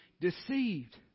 deceived